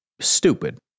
stupid